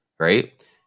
Right